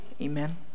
amen